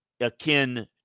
akin